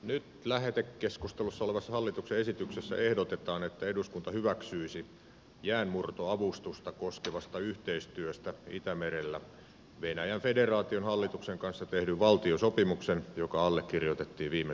nyt lähetekeskustelussa olevassa hallituksen esityksessä ehdotetaan että eduskunta hyväksyisi jäänmurtoavustusta koskevasta yhteistyöstä itämerellä venäjän federaation hallituksen kanssa tehdyn valtiosopimuksen joka allekirjoitettiin viime syyskuussa